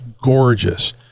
gorgeous